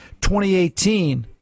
2018